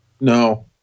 No